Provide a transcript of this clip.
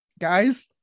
guys